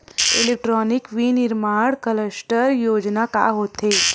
Electronic विनीर्माण cluster योजना का होथे?